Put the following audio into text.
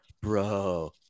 bro